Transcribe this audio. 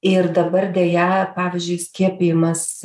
ir dabar deja pavyzdžiui skiepijimas